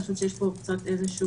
אני חושבת שיש פה קצת בלבול.